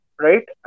right